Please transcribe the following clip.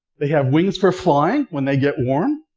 they have wings for flying when they get warm,